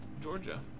Georgia